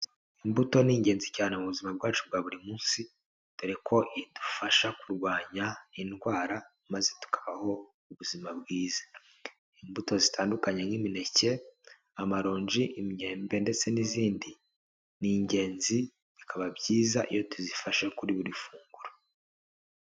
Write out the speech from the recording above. Imbuto ni ingenzi cyane mu buzima bwacu bwa buri munsi, dore ko idufasha kurwanya indwara, maze tukabaho ubuzima bwiza. Imbuto zitandukanye nk'imineke, amarongi, imyembe ndetse n'izindi, ni ingenzi bikaba byiza iyo tuzifashe kuri buri funguro.